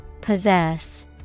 Possess